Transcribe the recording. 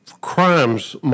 crimes